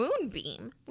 Moonbeam